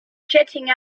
jetting